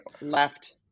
left